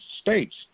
States